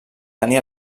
tenir